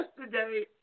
Yesterday